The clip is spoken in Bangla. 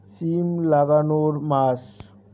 সিম লাগানোর মাস?